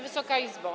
Wysoka Izbo!